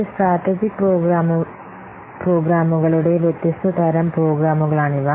ഒരു സ്ട്രാറ്റജിക്ക് പ്രോഗ്രാമുകളുടെ വ്യത്യസ്ത തരം പ്രോഗ്രാമുകളാണ് ഇവ